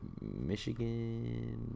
Michigan